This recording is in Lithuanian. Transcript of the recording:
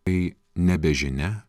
kai nežinia